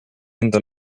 enda